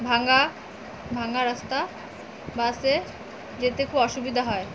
ভাঙ্গা ভাঙ্গা রাস্তা বাসে যেতে খুব অসুবিধা হয়